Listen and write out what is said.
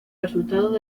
resultados